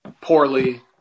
poorly